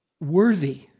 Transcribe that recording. Worthy